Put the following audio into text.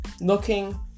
looking